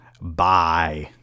Bye